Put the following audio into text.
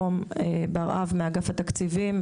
רום בר-אב מאגף התקציבים,